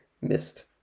missed